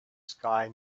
sky